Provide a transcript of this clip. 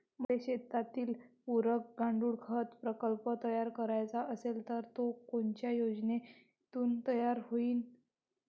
मले शेतीले पुरक गांडूळखत प्रकल्प तयार करायचा असन तर तो कोनच्या योजनेतून तयार होईन?